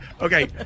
Okay